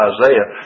Isaiah